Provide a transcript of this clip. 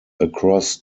across